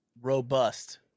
robust